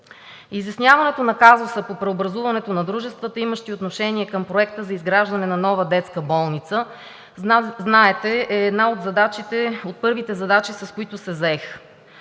Изясняването на казуса по преобразуването на дружествата, имащи отношение към проекта за изграждане на нова детска болница, знаете, е една от първите задачи, с които се заех.